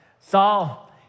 Saul